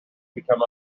become